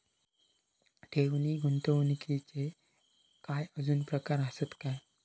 ठेव नी गुंतवणूकचे काय आजुन प्रकार आसत काय?